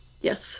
Yes